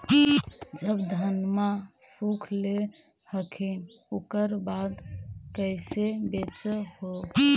जब धनमा सुख ले हखिन उकर बाद कैसे बेच हो?